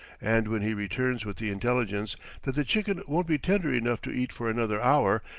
and when he returns with the intelligence that the chicken won't be tender enough to eat for another hour,